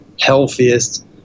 healthiest